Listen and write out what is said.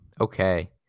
okay